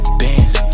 bands